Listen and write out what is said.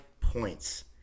points